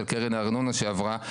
על קרן הארנונה שעברה.